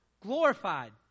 glorified